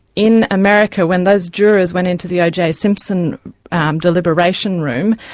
in america, when those jurors went into the oj simpson um deliberation room,